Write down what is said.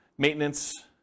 Maintenance